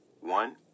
One